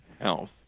health